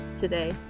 today